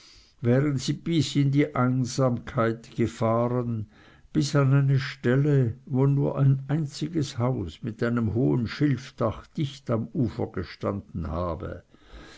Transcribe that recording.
wären sie bis in die einsamkeit gefahren bis an eine stelle wo nur ein einziges haus mit einem hohen schilfdach dicht am ufer gestanden habe